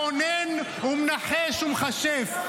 מעונן ומנחש ומכשף.